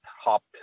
hopped